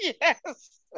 Yes